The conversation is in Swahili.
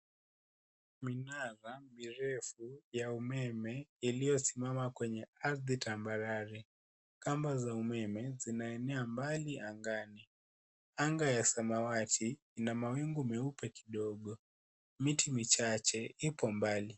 Minara mirefu ya umeme ,iliyosimama kwenye ardhi tambarare, kamba za umeme zinaenea mbali angani ,anga ya samawati ,ina mawingu meupe kidogo. miti michache ipo mbali.